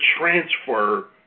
transfer